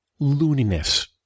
looniness